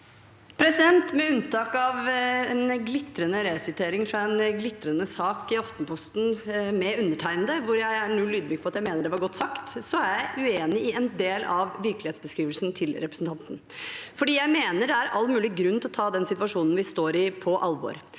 Med unntak av en glitrende resitering fra en glitrende sak i Aftenposten med undertegnede, hvor jeg er null ydmyk på at jeg mener det var godt sagt, er jeg uenig i en del av virkelighetsbeskrivelsen til representanten. Jeg mener det er all mulig grunn til å ta den situasjonen vi står i, på alvor.